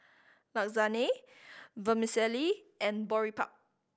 Lasagne Vermicelli and Boribap